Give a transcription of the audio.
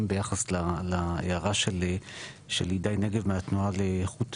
ביחס להערה של הידי נגב מהתנועה לאיכות,